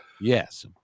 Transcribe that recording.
Yes